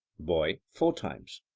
boy four times.